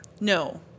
No